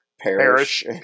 perish